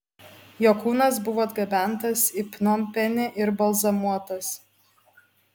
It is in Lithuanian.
jo kūnas buvo atgabentas į pnompenį ir balzamuotas